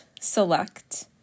select